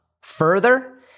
further